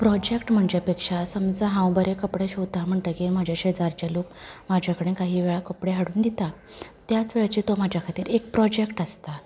project म्हणचे पेक्षां समजा हांव बरें कपडे शिंवतां म्हणटगेर म्हजे शेजारचे लोक म्हाजे कडेन काही वेळा कपडे हाडून दितात त्याच वेळचे तो म्हज्या खातीर एक प्रोजेक्ट आसता